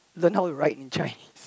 the now you right in Chinese